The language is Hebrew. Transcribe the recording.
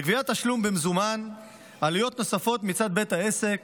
לגביית תשלום במזומן יש עלויות נוספות מצד בית העסק